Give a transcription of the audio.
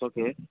okay